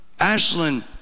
Ashlyn